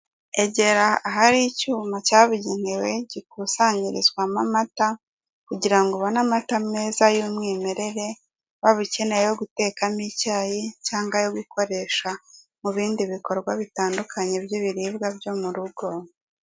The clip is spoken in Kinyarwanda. Egera ahari icyuma cyabugenewe gikusanyirizwa mo amata, kugira ngo ubone amata meza y'umwimerere, waba ukeneye ayo guteka mo icyayi cyangwa ayo gukoresha mu bindi bikorwa bitandukanye by'ibiribwa mu rugo.